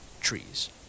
trees